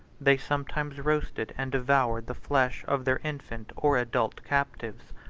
they sometimes roasted and devoured the flesh of their infant or adult captives.